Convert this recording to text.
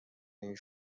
این